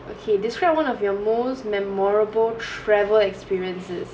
okay describe one of your most memorable travel experiences